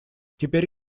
теперь